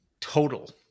Total